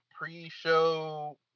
pre-show